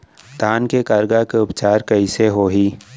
धान के करगा के उपचार कइसे होही?